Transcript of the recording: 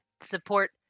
Support